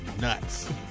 nuts